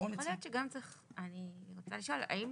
אני רוצה לשאול האם